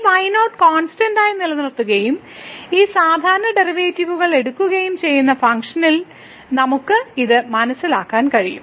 ഈ y0 constant ആയി നിലനിർത്തുകയും ഈ സാധാരണ ഡെറിവേറ്റീവുകൾ എടുക്കുകയും ചെയ്യുന്ന ഫംഗ്ഷനിൽ നമുക്ക് ഇത് മനസ്സിലാക്കാനും കഴിയും